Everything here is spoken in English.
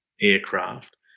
aircraft